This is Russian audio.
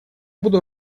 буду